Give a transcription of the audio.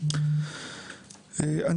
דבר ראשון,